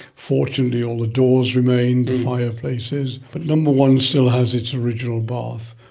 fortunately all the doors remained, the fireplaces. but number one still has its original bath.